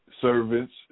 servants